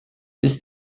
this